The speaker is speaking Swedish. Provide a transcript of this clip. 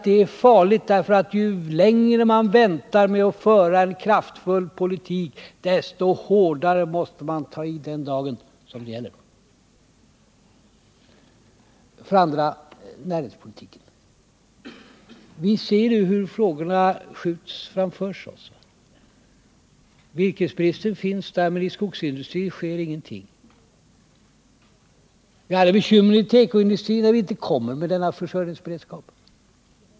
Det är farligt, därför att ju längre man väntar med att föra en kraftfull politik, desto hårdare måste man ta i längre fram. För det andra näringspolitiken. Vi ser hur frågorna skjuts framför oss. Virkesbristen finns där, men i skogsindustrin sker ingenting. Det andra bekymret är tekoindustrin, där vi inte har denna försörjningsberedskap.